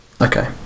okay